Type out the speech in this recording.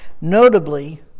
notably